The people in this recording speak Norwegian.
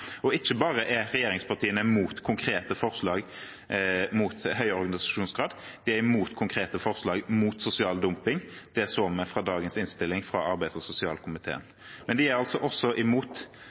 Og ikke bare er regjeringspartiene mot konkrete forslag om høyere organisasjonsgrad, de er også mot konkrete forslag mot sosial dumping. Det så vi i dagens innstilling fra arbeids- og sosialkomiteen. De er altså også